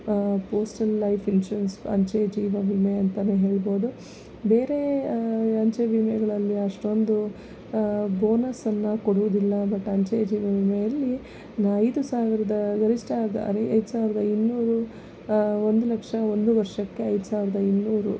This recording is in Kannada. ಪೋಸ್ಟಲ್ ಲೈಫ್ ಇನ್ಶೂರೆನ್ಸ್ ಅಂಚೆ ಜೀವವಿಮೆ ಅಂತಾನೇ ಹೇಳ್ಬೋದು ಬೇರೆ ಅಂಚೆ ವಿಮೆಗಳಲ್ಲಿ ಅಷ್ಟೊಂದು ಬೋನಸನ್ನು ಕೊಡುವುದಿಲ್ಲ ಬಟ್ ಅಂಚೆ ಜೀವವಿಮೆಯಲ್ಲಿ ಐದು ಸಾವಿರದ ಗರಿಷ್ಠ ಐದು ಸಾವಿರದ ಇನ್ನೂರು ಒಂದು ಲಕ್ಷ ಒಂದು ವರ್ಷಕ್ಕೆ ಐದು ಸಾವಿರದ ಇನ್ನೂರು